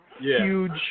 huge